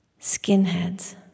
skinheads